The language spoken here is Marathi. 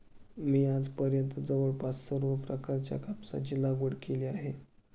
मी आजपर्यंत जवळपास सर्व प्रकारच्या कापसाची लागवड केली आहे